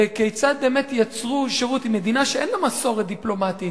כיצד באמת יצרו שירות במדינה שאין לה מסורת דיפלומטית.